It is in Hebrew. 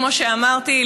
כמו שאמרתי,